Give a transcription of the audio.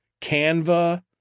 Canva